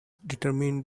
determined